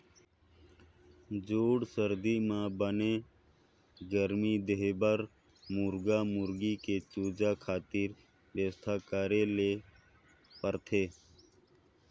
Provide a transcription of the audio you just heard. जूड़ सरदी म बने गरमी देबर मुरगा मुरगी के चूजा खातिर बेवस्था करे ल परथे